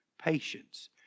patience